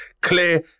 Clear